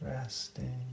Resting